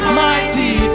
mighty